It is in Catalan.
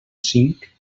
cinc